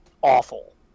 awful